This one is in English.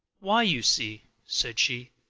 why, you see, said she,